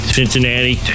Cincinnati